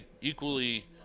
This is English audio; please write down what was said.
equally